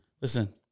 Listen